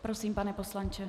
Prosím, pane poslanče.